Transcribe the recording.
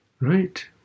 right